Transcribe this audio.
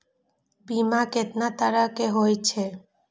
बीमा केतना तरह के हाई छै?